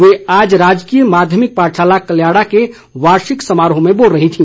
वे आज राजकीय माध्यिमिक पाठशाला कल्याड़ा के वार्षिक समारोह में बोल रही थी